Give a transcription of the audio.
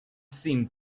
seemed